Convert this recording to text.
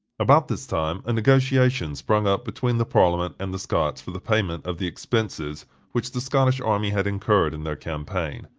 about this time a negotiation sprung up between the parliament and the scots for the payment of the expenses which the scottish army had incurred in their campaign.